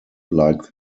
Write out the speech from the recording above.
like